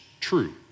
true